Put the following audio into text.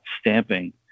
stamping